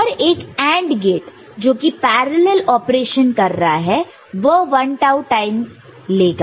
हर एक AND gate जो कि पैरेलल ऑपरेशन कर रहा है वह 1 टाऊ टाइम लेगा